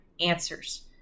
answers